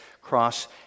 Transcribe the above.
cross